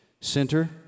Center